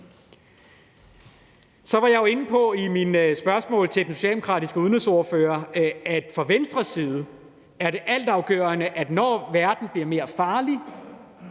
Så var jeg jo inde på i mine spørgsmål til den socialdemokratiske udenrigsordfører, at fra Venstres side er det altafgørende, at når verden bliver mere farlig,